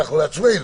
אנחנו לעצמנו.